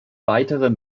weitere